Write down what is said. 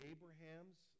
Abraham's